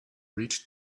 reached